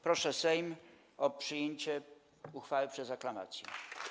Proszę Sejm o przyjęcie uchwały przez aklamację.